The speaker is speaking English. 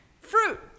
Fruit